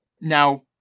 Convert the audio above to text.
Now